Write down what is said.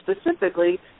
specifically